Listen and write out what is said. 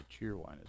Cheerwine